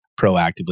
proactively